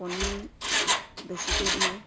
কণী বেছিকৈ দিয়ে